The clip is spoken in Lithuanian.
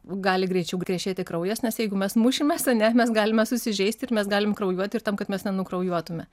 gali greičiau krešėti kraujas nes jeigu mes mušimės ar ne mes galime susižeisti ir mes galim kraujuoti ir tam kad mes nenukraujuotume